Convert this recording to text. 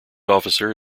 officer